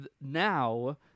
Now